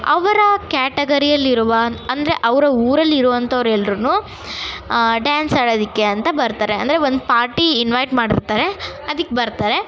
ಅವರ ಕ್ಯಾಟಗರಿಯಲ್ಲಿರುವ ಅಂದರೆ ಅವರ ಊರಲ್ಲಿರುವಂಥವ್ರು ಎಲ್ಲರೂ ಡ್ಯಾನ್ಸ್ ಆಡೋದಕ್ಕೆ ಅಂತ ಬರ್ತಾರೆ ಅಂದರೆ ಒಂದು ಪಾರ್ಟಿ ಇನ್ವೈಟ್ ಮಾಡಿರ್ತಾರೆ ಅದಕ್ಕೆ ಬರ್ತಾರೆ